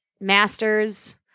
masters